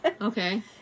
okay